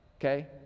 okay